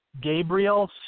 Gabriel